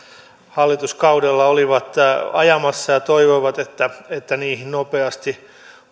hallituskaudella olivat ajamassa ja toivoivat että että niihin nopeasti